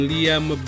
Liam